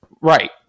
Right